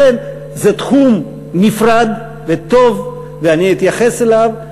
לכן זה תחום נפרד וטוב, ואני אתייחס אליו,